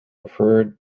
referred